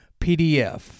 PDF